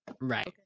Right